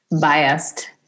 biased